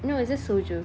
no it's just soju